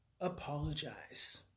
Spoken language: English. apologize